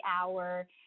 hour